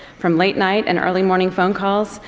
from late night and early morning phone calls,